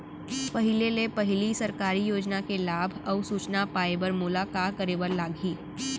पहिले ले पहिली सरकारी योजना के लाभ अऊ सूचना पाए बर मोला का करे बर लागही?